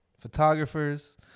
photographers